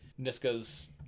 Niska's